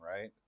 right